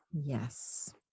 Yes